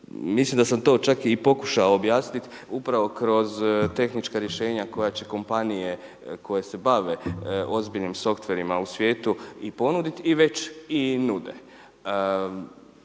Mislim da sam to čak i pokušao objasniti upravo kroz tehnička rješenja koja će kompanije koje se bave ozbiljnim softverima u svijetu i ponuditi i već i nude.